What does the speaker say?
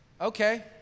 Okay